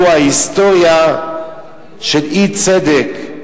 והוא ההיסטוריה של אי-צדק.